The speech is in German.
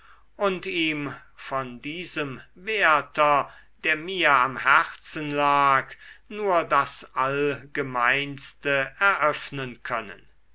und ihm von diesem werther der mir am herzen lag nur das allgemeinste eröffnen können